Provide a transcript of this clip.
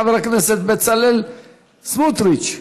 חבר הכנסת בצלאל סמוטריץ.